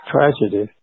Tragedy